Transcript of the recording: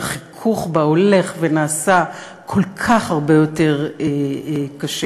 שהחיכוך בה הולך ונעשה כל כך הרבה יותר קשה.